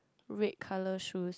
red colour shoes